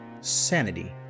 sanity